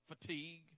fatigue